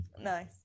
Nice